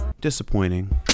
disappointing